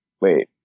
Wait